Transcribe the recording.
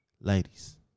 ladies